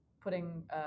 putting